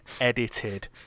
edited